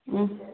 ಹ್ಞೂ